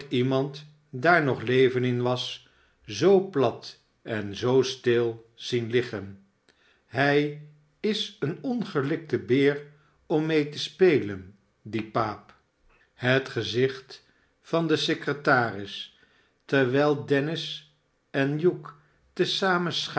iemand daar nog leven in was zoo plat en zoo stil zien liggen hij is een ongelikte beer om mee te spelen die paap het gezicht van den secretaris terwijl dennis en hugh te zamen